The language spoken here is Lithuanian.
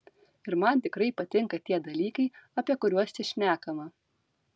ir man tikrai patinka tie dalykai apie kuriuos čia šnekama